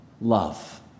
Love